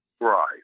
Right